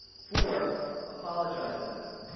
four, apologize to them.